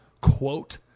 quote